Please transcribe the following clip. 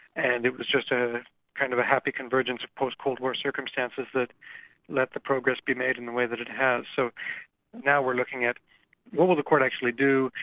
and it was just ah kind of a happy convergence of post-cold war circumstances that let the progress be made in the way that it has, so now we're looking at what will the court actually do?